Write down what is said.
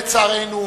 לצערנו,